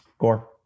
Gore